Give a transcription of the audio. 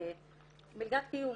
מלגת קיום.